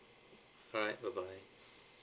alright bye bye